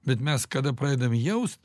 bet mes kada pradedam jaust